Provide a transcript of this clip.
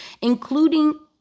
including